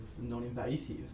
non-invasive